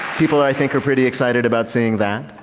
people that i think are pretty excited about seeing that.